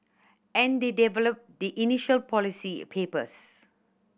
and they develop the initial policy papers